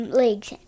legs